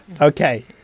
Okay